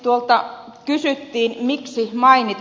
tuolta kysyttiin miksi mainita